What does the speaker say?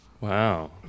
Wow